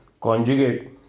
conjugate